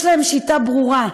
יש להם שיטה ברורה,